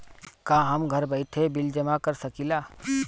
का हम घर बइठे बिल जमा कर शकिला?